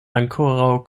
ankoraŭ